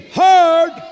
heard